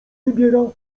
wybiera